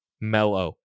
Mellow